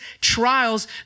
trials